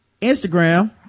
Instagram